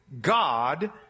God